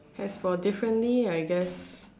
as for differently I guess